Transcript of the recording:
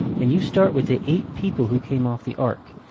and you start with the eight people who came off the ark,